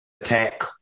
attack